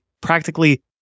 practically